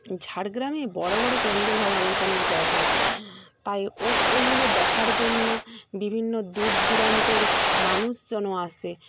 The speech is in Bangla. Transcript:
ঝাড়গ্রামে বড়ো বড়ো প্যান্ডেল হয় অনেক অনেক জায়গায় তাই ওই ওইগুলো দেখার জন্য বিভিন্ন দূর দূরান্তের মানুষজনও আসে